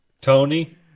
Tony